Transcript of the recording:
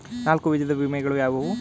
ನಾಲ್ಕು ವಿಧದ ವಿಮೆಗಳು ಯಾವುವು?